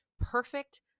perfect